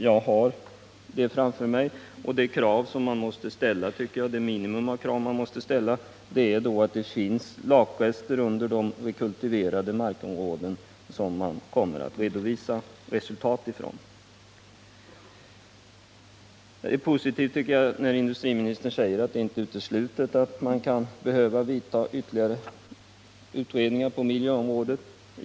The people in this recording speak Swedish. Jag har det framför mig, och jag menar att det minimikrav man måste ställa är att det finns lakrester under de rekultiverade markområden som man kommer att redovisa resultat ifrån. Jag tycker det är positivt när industriministern säger att det inte är uteslutet att man kan behöva genomföra ytterligare utredningar på miljöområdet.